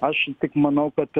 aš tik manau kad